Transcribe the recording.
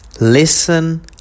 Listen